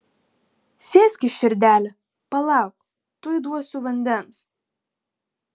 sėskis širdele palauk tuoj duosiu vandens